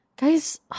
Guys